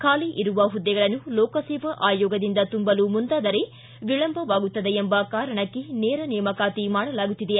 ಖಾಲಿ ಇರುವ ಹುದ್ದೆಗಳನ್ನು ಲೋಕಸೇವಾ ಆಯೋಗದಿಂದ ತುಂಬಲು ಮುಂದಾದರೆ ವಿಳಂಬವಾಗುತ್ತದೆ ಎಂಬ ಕಾರಣಕ್ಕೆ ನೇರ ನೇಮಕಾತಿ ಮಾಡಲಾಗುತ್ತಿದೆ